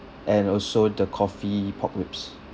and also the coffee pork ribs